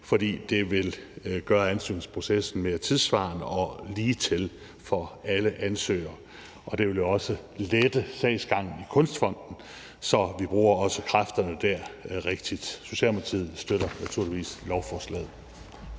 for det vil gøre ansøgningsprocessen mere tidssvarende og ligetil for alle ansøgere. Og det vil jo også lette sagsgangen i Kunstfonden, så vi også bruger kræfterne der rigtigt. Socialdemokratiet støtter naturligvis lovforslaget.